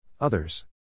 Others